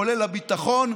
כולל הביטחון.